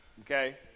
okay